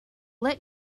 let